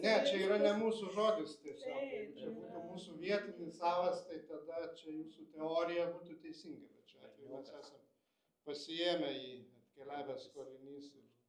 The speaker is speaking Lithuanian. ne čia yra ne mūsų žodis taip sakant čia būtų mūsų vietinis savas tai tada čia jūsų teorija būtų teisinga bet šiuo atveju mes esam pasiėmę jį atkeliavęs skolinys ir